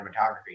cinematography